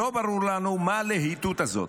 לא ברור לנו מה הלהיטות הזאת.